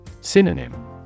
Synonym